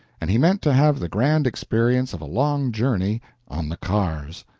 and he meant to have the grand experience of a long journey on the cars.